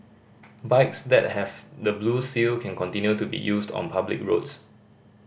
bikes that have the blue seal can continue to be used on public roads